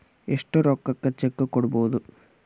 ಎಷ್ಟು ರೊಕ್ಕಕ ಚೆಕ್ಕು ಕೊಡುಬೊದು